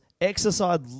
exercise